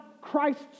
Christ's